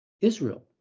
Israel